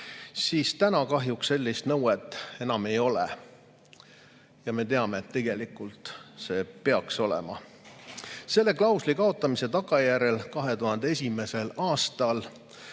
siis praegu kahjuks sellist nõuet enam ei ole. Ja me teame, et tegelikult see peaks olema. Selle klausli kaotamise tagajärjel 2001. aastal